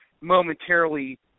momentarily